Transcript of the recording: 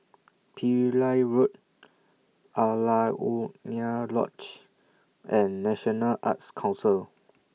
Pillai Road Alaunia Lodge and National Arts Council